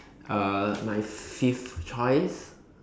uh my fifth choice